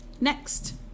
Next